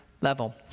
level